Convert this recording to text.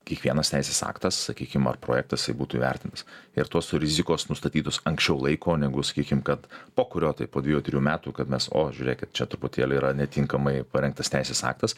kiekvienas teisės aktas sakykim ar projektas būtų įvertintas ir tos rizikos nustatytus anksčiau laiko negu sakykim kad po kurio tai po dviejų trijų metų kad mes o žiūrėkit čia truputėlį yra netinkamai parengtas teisės aktas